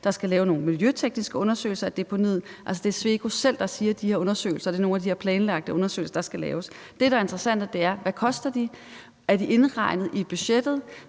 der skal laves nogle miljøtekniske undersøgelser af deponiet. Det er Sweco selv, der siger, at de her undersøgelser er nogle af de planlagte undersøgelser, der skal laves. Det, der er interessant er: Hvad koster de? Er de indregnet i budgettet?